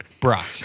Brock